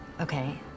Okay